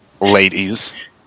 ladies